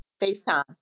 FaceTime